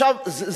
עכשיו,